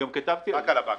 רק על הבנקים.